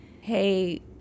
hey